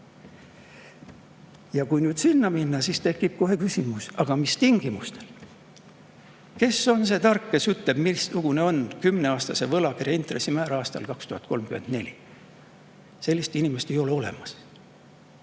Kui nüüd selleni minna, siis tekib kohe küsimus, et aga mis tingimustel. Kes on see tark, kes ütleb, missugune on kümneaastase võlakirja intressimäär aastal 2034? Sellist inimest ei ole olemas.